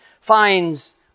finds